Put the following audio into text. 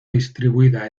distribuida